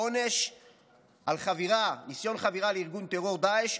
העונש על ניסיון חבירה לארגון טרור דאעש,